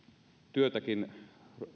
työtäkin